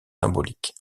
symboliques